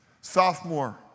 Sophomore